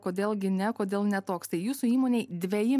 kodėl gi ne kodėl ne toks tai jūsų įmonėj dveji